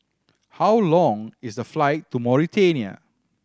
how long is the flight to Mauritania